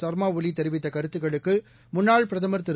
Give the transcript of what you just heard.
சர்மா ஒலி தெரிவித்த கருத்துக்களுக்கு முன்னாள் பிரதமர் திரு